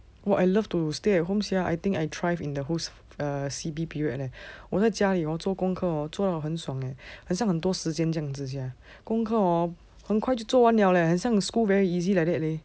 !whoa! I love to stay at home sia I think I thrive in the whole C_B period eh 我在家里 hor 做功课 hor 做到很爽 eh 好像很多时间这样子 sia 功课 hor 很快就做完了 leh 很像 school very easy like that leh